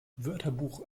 wörterbuch